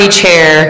chair